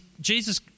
jesus